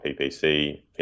PPC